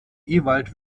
ewald